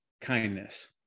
kindness